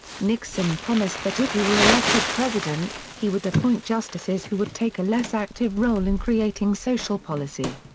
nixon promised that if he were elected president, he would appoint justices who would take a less-active role in creating social policy.